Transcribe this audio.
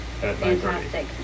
Fantastic